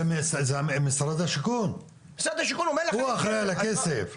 אבל, זה משרד השיכון, הוא אחראי על הכסף.